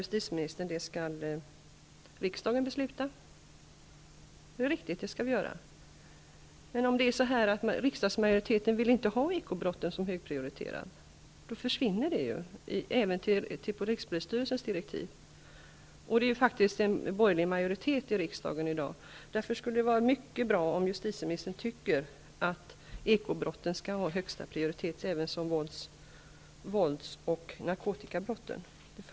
Justitieministern säger att riksdagen skall besluta om direktiven för polisen. Det är riktigt. Men om riksdagsmajoriteten inte vill att ekobrotten skall vara högprioriterade försvinner de även från rikspolisstyrelsens direktiv. Riksdagen har i dag en borgerlig majoritet. Därför skulle det vara mycket bra om justitieministern tycker att ekobrotten skall ha högsta prioritet, likaväl som vålds och narkotikabrotten.